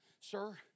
Sir